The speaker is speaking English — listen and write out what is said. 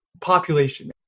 population